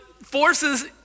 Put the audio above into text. forces